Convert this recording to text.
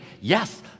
Yes